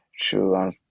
true